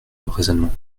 raisonnement